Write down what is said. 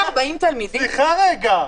סליחה, רגע.